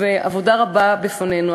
ועבודה רבה לפנינו,